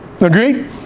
Agreed